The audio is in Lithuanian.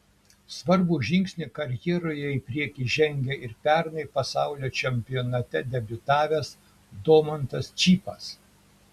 svarbų žingsnį karjeroje į priekį žengė ir pernai pasaulio čempionate debiutavęs domantas čypas